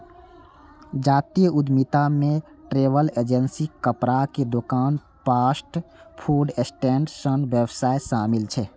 जातीय उद्यमिता मे ट्रैवल एजेंसी, कपड़ाक दोकान, फास्ट फूड स्टैंड सन व्यवसाय शामिल छै